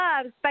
loves